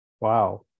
Wow